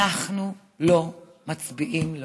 אנחנו לא מצביעים לו,